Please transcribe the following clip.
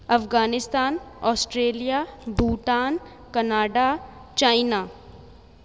Afghanistan Australia Bhutan Canada China